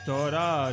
Tora